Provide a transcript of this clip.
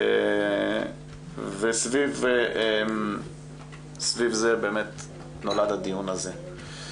סביב זה נולד הדיון הזה.